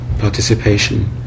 participation